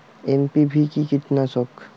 NPV কি কীটনাশক?